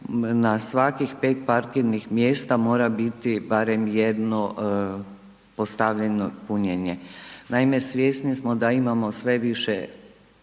na svakih 5 parkirnih mjesta mora biti barem jedno postavljeno punjenje. Naime, svjesni smo da imamo sve više,